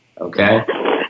Okay